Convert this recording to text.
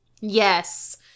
Yes